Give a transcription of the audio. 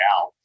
out